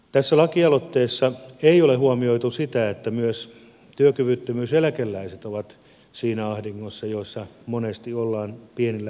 tässä lakialoitteessa ei ole huomioitu sitä että myös työkyvyttömyyseläkeläiset ovat siinä ahdingossa jossa monesti ollaan pienillä päivärahoilla